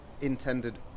intended